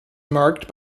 marked